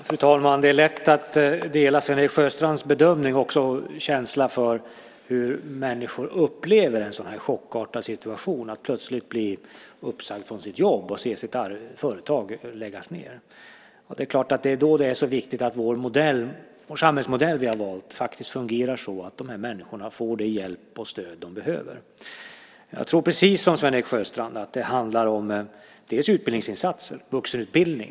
Fru talman! Det är lätt att dela Sven-Erik Sjöstrands bedömning, och också hans känsla för hur människor upplever en sådan här chockartad situation, att plötsligt bli uppsagd från sitt jobb och se sitt företag läggas ned. Det är klart att det är då det är så viktigt att vår modell, den samhällsmodell vi har valt, faktiskt fungerar så att de här människorna får den hjälp och det stöd de behöver. Jag tror precis som Sven-Erik Sjöstrand att det handlar om utbildningsinsatser, vuxenutbildning.